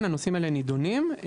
הנושאים האלה נידונים.